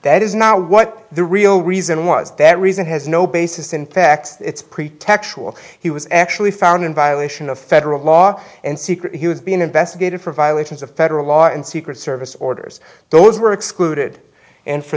that is not what the real reason was that reason has no basis in fact it's pretextual he was actually found in violation of federal law and secret he was being investigated for violations of federal law and secret service orders those were excluded and for